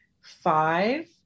five